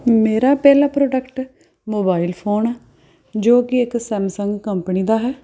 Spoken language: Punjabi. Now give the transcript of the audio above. ਮੇਰਾ ਪਹਿਲਾ ਪ੍ਰੋਡਕਟ ਮੋਬਾਇਲ ਫ਼ੋਨ ਜੋ ਕਿ ਇੱਕ ਸੈਮਸੰਗ ਕੰਪਨੀ ਦਾ ਹੈ